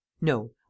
No